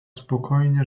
spokojnie